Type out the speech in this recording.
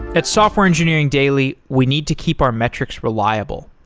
at software engineering daily, we need to keep our metrics reliable,